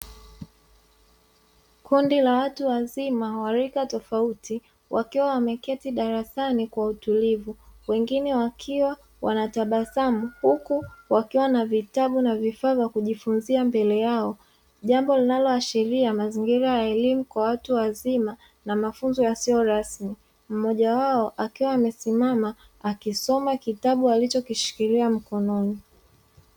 Kundi la watu wazima wa rika tofauti wakiwa wameketi darasani kwa utulivu, wengine wakiwa wanatabasamu, huku wakiwa na vitabu na vifaa vya kujifunzia mbele yao. Jambo linaloashiria mazingira ya elimu kwa watu wazima na mafunzo yasiyo rasmi, mmoja wao akiwa amesimama akisoma kitabu alichokishikilia mkononi.